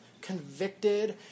convicted